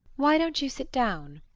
why don't you sit down?